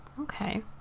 Okay